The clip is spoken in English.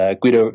Guido